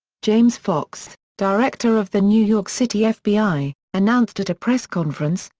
james fox, director of the new york city fbi, announced at a press conference,